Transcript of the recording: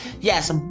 Yes